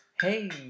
hey